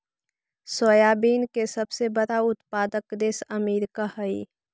soybean के सबसे बड़ा उत्पादक देश अमेरिका हइ